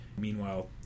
Meanwhile